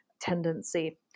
tendency